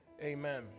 Amen